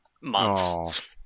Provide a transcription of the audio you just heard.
months